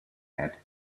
had